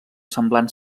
semblant